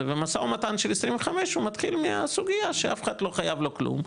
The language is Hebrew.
ומשא ומתן של 25 הוא מתחיל עם הסוגייה שאף אחד לא חייב לו כלום,